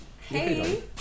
Hey